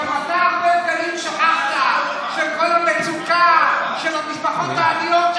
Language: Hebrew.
גם אתה הרבה פעמים שכחת את כל המצוקה של המשפחות העניות,